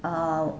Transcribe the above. err